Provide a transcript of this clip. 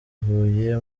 huye